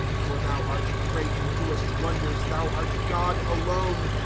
for thou art great, and doest wonders thou art god alone.